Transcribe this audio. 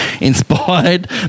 inspired